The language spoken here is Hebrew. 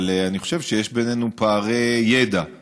אבל אני חושב שיש בינינו פערי ידע,